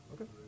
Okay